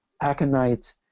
aconite